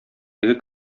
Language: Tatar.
теге